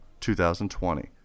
2020